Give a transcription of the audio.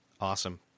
Awesome